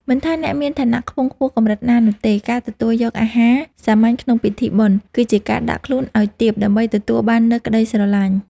មិនថាអ្នកមានឋានៈខ្ពង់ខ្ពស់កម្រិតណានោះទេ ការទទួលយកអាហារសាមញ្ញក្នុងពិធីបុណ្យ គឺជាការដាក់ខ្លួនឱ្យទាបដើម្បីទទួលបាននូវក្តីស្រឡាញ់។